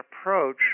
approach